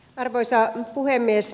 arvoisa puhemies